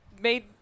made